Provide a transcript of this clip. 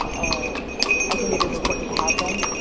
um i think it is important to have them,